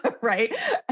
right